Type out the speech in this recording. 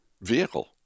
vehicle